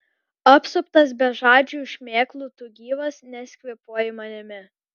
apsuptas bežadžių šmėklų tu gyvas nes kvėpuoji manimi